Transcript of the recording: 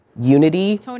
unity